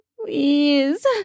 please